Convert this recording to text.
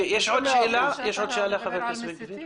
--- שאתה מדבר על מסיתים.